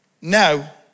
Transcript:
Now